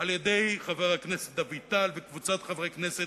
על-ידי חבר הכנסת דוד טל וקבוצת חברי הכנסת,